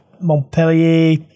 Montpellier